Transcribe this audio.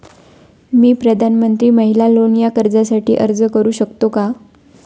मी प्रधानमंत्री महिला लोन या कर्जासाठी अर्ज करू शकतो का?